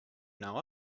know